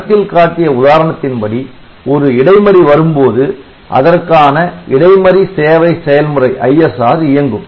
படத்தில் காட்டிய உதாரணத்தின் படி ஒரு இடைமறி வரும்போது அதற்கான இடைமறி சேவை செயல்முறை இயங்கும்